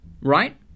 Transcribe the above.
right